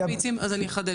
אז אני אחדד.